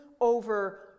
over